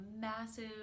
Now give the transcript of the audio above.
massive